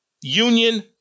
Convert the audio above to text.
union